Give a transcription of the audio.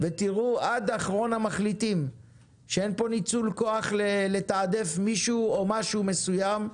ותראו עד אחרון המחליטים שאין פה ניצול כוח לתעדף מישהו או משהו מסוים.